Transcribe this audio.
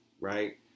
right